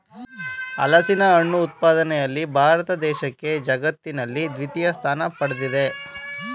ಹಲಸಿನಹಣ್ಣು ಉತ್ಪಾದನೆಯಲ್ಲಿ ಭಾರತ ದೇಶಕ್ಕೆ ಜಗತ್ತಿನಲ್ಲಿ ದ್ವಿತೀಯ ಸ್ಥಾನ ಪಡ್ದಿದೆ